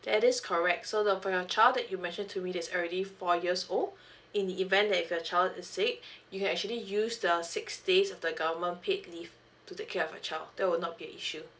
ya that's correct so the for your child that you mention to me is already four years old in the event that if your child is sick you actually use the six days of the government paid leave to take care of your child there will not be an issue